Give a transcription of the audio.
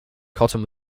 cotton